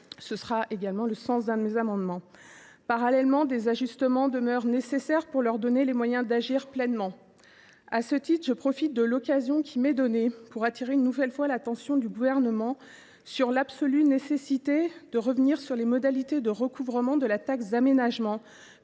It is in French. Ce sera l’objet de l’un de mes amendements. Parallèlement, des ajustements demeurent nécessaires pour donner aux collectivités les moyens d’agir pleinement. À ce titre, je profite de l’occasion qui m’est donnée pour attirer, une nouvelle fois, l’attention du Gouvernement sur l’absolue nécessité de revenir sur les modalités de recouvrement de la taxe d’aménagement.